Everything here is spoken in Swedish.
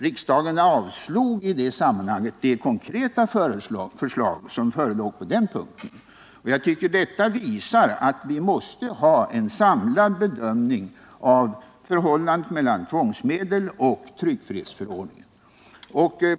Riksdagen avslog i det sammanhanget det konkreta förslag som förelåg på den punkten. Jag tycker detta visar att vi måste ha en samlad bedömning av förhållandet mellan tvångsmedel och tryckfrihetsförordningen.